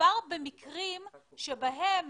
מדובר במקרים בהם